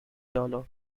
dollars